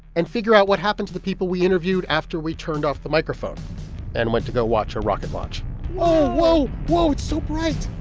and figure out what happened to the people we interviewed after we turned off the microphone and went to go watch a rocket launch whoa. whoa. whoa. it's so bright